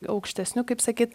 aukštesniu kaip sakyt